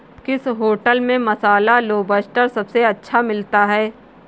किस होटल में मसाला लोबस्टर सबसे अच्छा मिलता है?